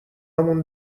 مون